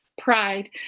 pride